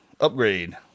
upgrade